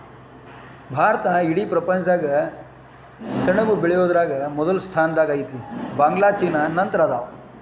ಭಾರತಾ ಇಡೇ ಪ್ರಪಂಚದಾಗ ಸೆಣಬ ಬೆಳಿಯುದರಾಗ ಮೊದಲ ಸ್ಥಾನದಾಗ ಐತಿ, ಬಾಂಗ್ಲಾ ಚೇನಾ ನಂತರ ಅದಾವ